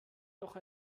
noch